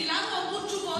כי לנו אמרו תשובות,